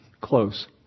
close